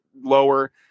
lower